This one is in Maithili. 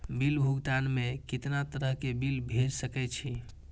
बिल भुगतान में कितना तरह के बिल भेज सके छी?